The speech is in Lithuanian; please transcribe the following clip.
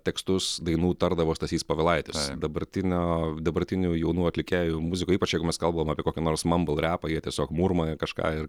tekstus dainų tardavo stasys povilaitis dabartinio dabartinių jaunų atlikėjų muzika ypač jeigu mes kalbam apie kokį nors mambal repą jie tiesiog murma kažką ir